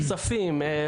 כספיים,